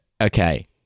okay